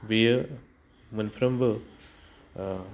बेयो मोनफ्रोमबो